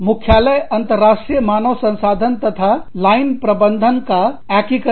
मुख्यालय अंतरराष्ट्रीय मानव संसाधन तथा लाइन प्रबंधन का एकीकरण